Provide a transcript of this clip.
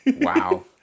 Wow